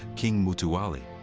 king mutuwalli.